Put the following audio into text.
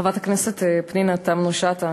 חברת הכנסת פנינה תמנו-שטה,